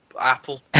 apple